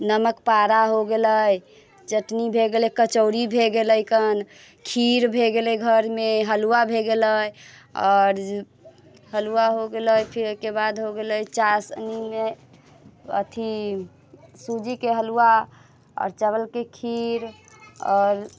नमक पारा हो गेलै चटनी भए गेलै कचौड़ी भए गेलखन खीर भए गेलै घरमे हलुआ भए गेलै आओर हलुआ हो गेलै फिर ओकर बाद हो गेलै चासनीमे अथि सूजीके हलुआ आओर चावलके खीर आओर